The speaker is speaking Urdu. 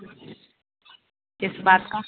کس بات کا